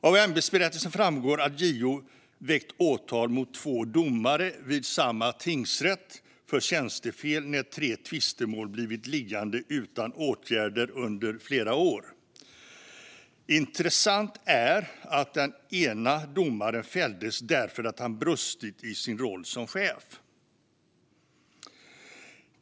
Av ämbetsberättelsen framgår att JO väckt åtal mot två domare vid samma tingsrätt för tjänstefel, när tre tvistemål blivit liggande utan åtgärder under flera år. Intressant är att den ena domaren fälldes därför att han brustit i sin roll som chef.